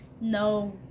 no